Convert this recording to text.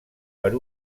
per